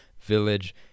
village